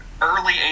early